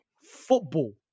football